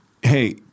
hey